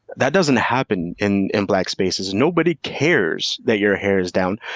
that doesn't happen in in black spaces. nobody cares that your hair is down.